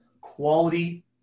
quality